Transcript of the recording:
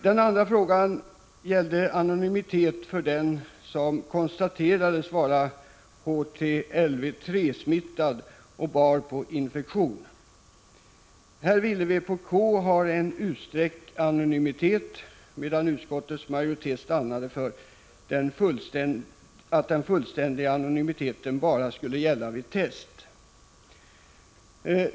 Den andra gällde frågan om anonymitet för den som konstaterades vara HTLV-III-smittad och bar på infektion. Här ville vpk ha en utsträckt anonymitet, medan utskottets majoritet stannade för att den fullständiga anonymiteten skulle gälla bara vid test.